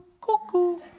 cuckoo